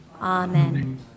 amen